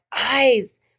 eyes